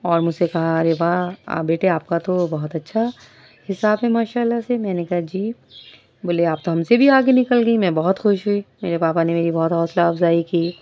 اور مجھ سے کہا ارے واہ بیٹے آپ کا تو بہت اچھا حساب ہے ماشاء اللہ سے میں نے کہا جی بولے آپ تو ہم سے بھی آگے نکل گئیں میں بہت خوش ہوئی میرے پاپا نے میری بہت حوصلہ افزائی کی